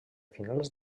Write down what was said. finals